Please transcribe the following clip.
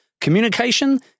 Communication